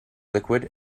liquid